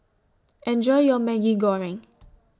Enjoy your Maggi Goreng